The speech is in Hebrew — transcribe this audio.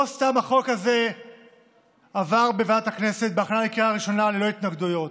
לא סתם החוק הזה עבר בוועדת הכנסת בהכנה לקריאה ראשונה ללא התנגדויות.